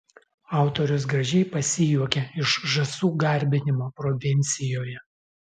autorius gražiai pasijuokia iš žąsų garbinimo provincijoje